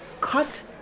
Cut